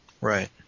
Right